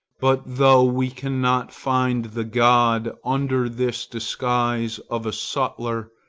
but though we cannot find the god under this disguise of a sutler,